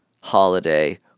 holiday